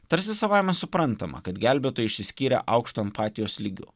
tarsi savaime suprantama kad gelbėtojai išsiskiria aukštu empatijos lygiu